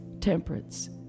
temperance